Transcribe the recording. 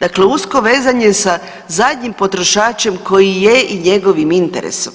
Dakle, usko vezan je sa zadnjim potrošačem koji je i njegovim interesom